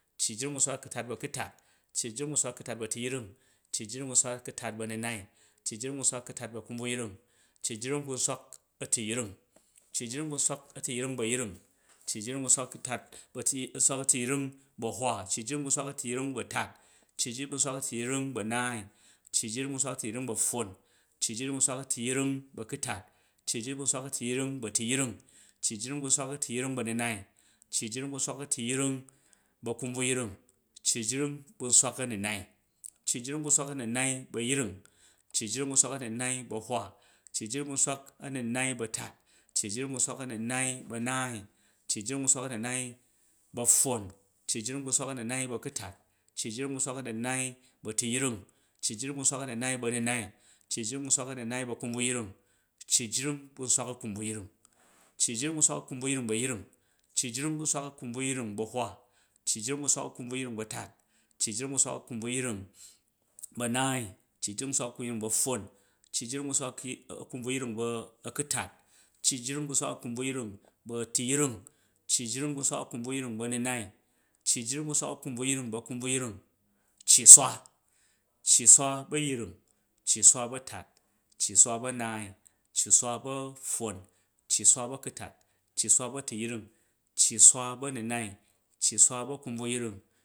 Cci jring bu̱ nswak a̱kutat bu̱ a̱kutat, cci jring bu̱ nswak a̱kutat bu̱ a̱tuyring, cci jring bu̱ nswak a̱kutat bu̱ a̱nanai, cci jring bu̱ nswak a̱kutat bu̱ a̱kunbvuyeing, cci jring bu̱ nswak a̱tuyring, cci jring bu̱ nswak a̱tuyring bu̱ a̱yring, cci jring bu̱ nswak a̱tuyring bu̱ atat, cci jring bu̱ nswak a̱tuyring bu̱ anaai, cci jring bu̱ nswak a̱tuyring bu̱ a̱kutat, cci jring bu̱ nswak a̱tuyring bu̱ a̱tuyring, cci jring bu̱ nswak a̱tuyring bu̱ a̱nunai, cci jring bu̱ nswak a̱tuyring bu̱ a̱kumbvayring, cci jring bu̱ nswak anuna, cci jring bu̱ nswak a̱nunai bu̱ a̱yring, cci jring bu̱ nswak a̱nunai bu̱ a̱hwa, cci jring bu̱ nswak a̱nunai bu̱ a̱tat, cci jring bu̱ nswak a̱nunai bu̱ anaai, cci jring bu̱ nswak a̱nunai bu̱ apffon, cci jring bu̱ nswak a̱nunai bu̱ akutat, cci jring bu̱ nswak a̱nunai bu̱ atuyring, cci jring bu̱ nswak a̱nunai bu̱ anunai, cci jring bu̱ nswak a̱nunai bu̱ akunbvuyring, cci jrin akunbvuyring, cci jring bu̱ nswak akunbvuyring bu̱ a̱ying, cci jring bu̱ nswak a̱kmbvuyring bu̱ a̱hwa, cci jring bu̱ nswak a̱kunbvuyring ba̱ a̱tat, cci jring bu̱ nswak a̱kunbuvyring ba̱i a̱naai, cci jring bu̱ nswak a̱kunbuvyring bu̱ a̱ffon, cci jring bu̱ nswak ki a̱kunbvuyring bu̱ a̱katat, cci jring bu̱ nswak a̱kunbvuyring bu̱ a̱tuping, cci jring bu̱ nswak a̱kmbvuyrin bu̱ a̱nunal, cci jring bu̱ nswak a̱kumbvuyring bu̱ a̱kumbvuyring, cci swa, cci swa bu̱ a̱ying cci swa bu̱ a̱hwam cci swa bu̱ a̱tat cci swa bu̱ a̱nai cci swa ba̱ a̱pffon cci swa bu̱ a̱kutat cci swa bu̱ a̱tupung. cci swa ba̱ a̱nunai, cci swa bu̱ a̱kumbvuyring.